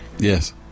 Yes